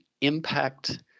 impact